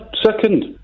second